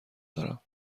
دارم